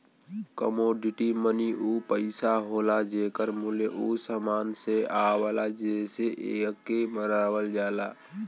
commodity money उ पइसा होला जेकर मूल्य उ समान से आवला जेसे एके बनावल जाला